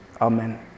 Amen